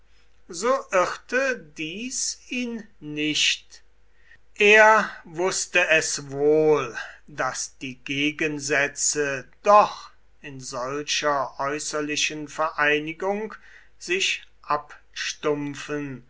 so irrte dies ihn nicht er wußte es wohl daß die gegensätze doch in solcher äußerlichen vereinigung sich abstumpfen